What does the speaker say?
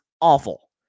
awful